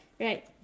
Right